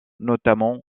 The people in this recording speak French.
notamment